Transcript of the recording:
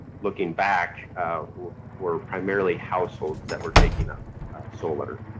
looking back were primarily households that were taking up solar.